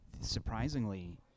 surprisingly –